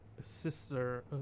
Sister